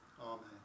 Amen